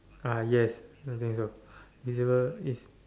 ah yes I think so visible is